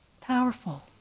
powerful